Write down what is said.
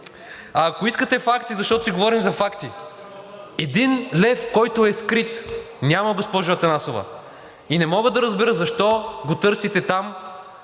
Ако искате факти, защото си говорим за факти, един лев, който е скрит, няма, госпожо Атанасова. И не мога да разбера защо го търсите там,